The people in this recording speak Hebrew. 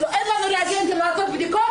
אין לנו ריאגנטים לעשות בדיקות,